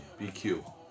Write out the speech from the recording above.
BQ